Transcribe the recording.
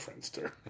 Friendster